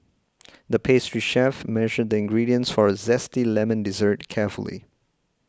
the pastry chef measured the ingredients for a Zesty Lemon Dessert carefully